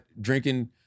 drinking